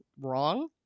wrong